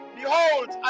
behold